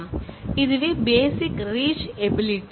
எனவே அதுவே basic reach ability